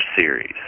series